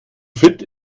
fit